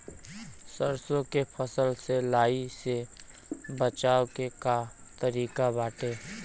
सरसो के फसल से लाही से बचाव के का तरीका बाटे?